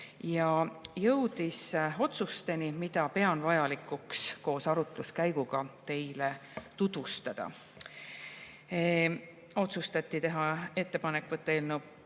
ja jõudis otsusteni, mida pean vajalikuks koos arutluskäiguga teile tutvustada. Otsustati teha ettepanek võtta eelnõu